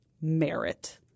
merit